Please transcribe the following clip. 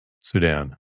Sudan